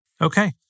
Okay